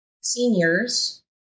seniors